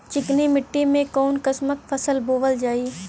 चिकनी मिट्टी में कऊन कसमक फसल बोवल जाई?